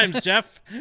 Jeff